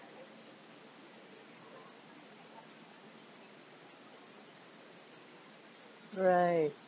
right